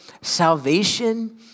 salvation